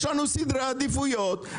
יש לנו סדרי עדיפויות.